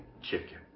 Chicken